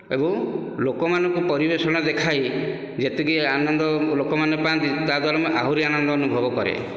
ଏବଂ ଲୋକମାନଙ୍କୁ ପରିବେଷଣ ଦେଖାଇ ଯେତିକି ଆନନ୍ଦ ଲୋକମାନେ ପାଆନ୍ତି ତାଦ୍ୱାରା ମୁଁ ଆହୁରି ଆନନ୍ଦ ଅନୁଭବ କରେ